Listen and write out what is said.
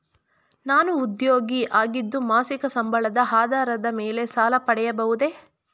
ನಾನು ಉದ್ಯೋಗಿ ಆಗಿದ್ದು ಮಾಸಿಕ ಸಂಬಳದ ಆಧಾರದ ಮೇಲೆ ಸಾಲ ಪಡೆಯಬಹುದೇ?